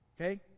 Okay